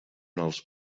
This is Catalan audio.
els